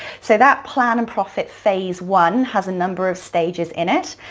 so that plan and profit, phase one, has a number of stages in it.